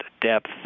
depth